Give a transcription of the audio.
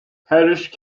parish